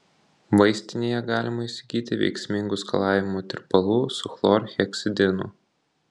vaistinėje galima įsigyti veiksmingų skalavimo tirpalų su chlorheksidinu